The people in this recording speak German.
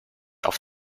auf